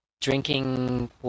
drinking